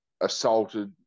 assaulted